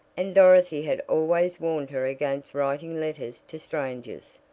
and dorothy had always warned her against writing letters to strangers.